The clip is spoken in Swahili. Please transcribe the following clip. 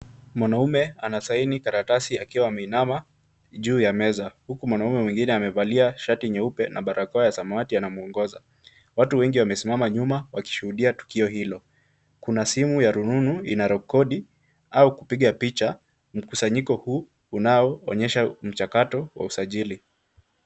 Mwanamume anasaini karatasi akiwa ameinama juu ya meza, huku mwanamume mwingine amevalia shati nyeupe na barakoa ya samawati anamuongoza, watu wengi wamesimama nyuma wakishuhudia tukio hilo, kuna simu ya rununu inarecord au kupiga picha mkusanyiko huu unaoonyesha mchakato wa usajili.